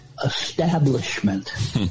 Establishment